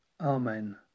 Amen